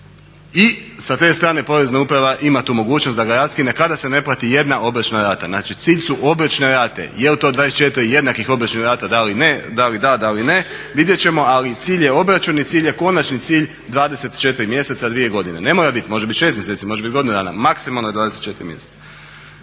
i sa te strane porezna uprava ima tu mogućnost da ga raskine kada se ne plati jedna obročna rata. Znači cilj su obročne rate, jel to 24 jednakih obročnih rata, da li ne, da li da, da li ne, vidjet ćemo ali cilj je obračun i cilj je, konačni cilj 24 mjeseca, 2 godine. Ne mora biti, može biti 6 mjeseci, može biti godinu dana, maksimalno je 24 mjeseca.